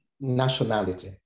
nationality